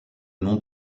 nom